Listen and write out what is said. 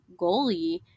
goalie